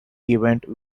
event